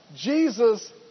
Jesus